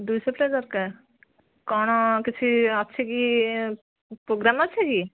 ଦୁଇଶହ ପ୍ଲେଟ୍ ଦରକାର କଣ କିଛି ଅଛି କି ପ୍ରୋଗ୍ରାମ୍ ଅଛି କି